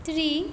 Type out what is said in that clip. three